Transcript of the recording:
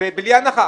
ובלי הנחה